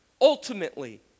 ultimately